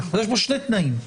יש פה שני תנאים.